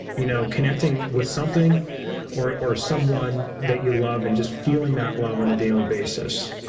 you know connecting with something or or someone that you love, and just feeling that love on a daily basis